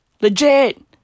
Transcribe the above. Legit